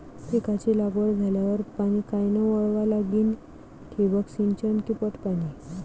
पिकाची लागवड झाल्यावर पाणी कायनं वळवा लागीन? ठिबक सिंचन की पट पाणी?